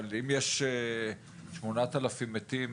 אם יש 8,000 מתים